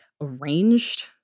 arranged